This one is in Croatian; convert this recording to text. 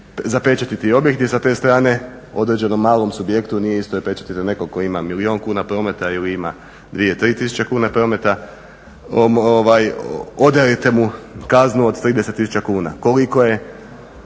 zapečatiti objekt i sa te strane određenom malom subjektu je li pečatiti nekog tko ima milijun kuna prometa ili dvije, tri tisuće prometa odajete mu kaznu od 30 tisuća kuna koliko je